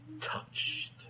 touched